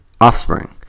offspring